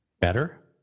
better